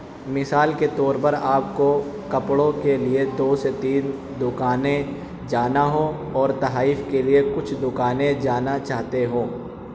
مثال کے طور پر آپ کو کپڑوں کے لیے دو سے تین دکانیں جانا ہوں اور تحائف کے لیے کچھ دکانیں جانا چاہتے ہوں